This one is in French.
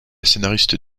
scénariste